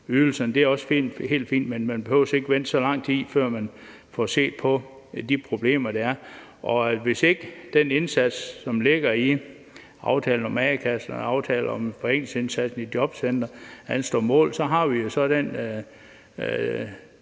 Det er også helt fint, men man behøver ikke vente så lang tid, før man får set på de problemer, der er. Hvis ikke den indsats, som ligger i aftalen om a-kasserne og aftalen om forenklingsindsatsen i jobcentrene, kan stå mål med det, den